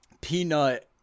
peanut